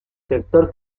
sector